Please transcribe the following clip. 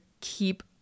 keep